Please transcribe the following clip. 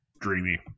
dreamy